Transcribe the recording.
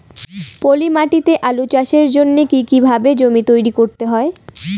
পলি মাটি তে আলু চাষের জন্যে কি কিভাবে জমি তৈরি করতে হয়?